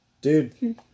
Dude